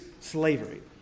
slavery